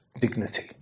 dignity